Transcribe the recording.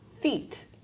feet